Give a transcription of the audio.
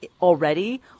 already